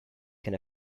can